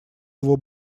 его